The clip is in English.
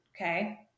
Okay